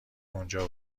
اونجا